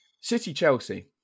City-Chelsea